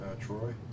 Troy